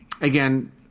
Again